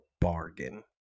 bargain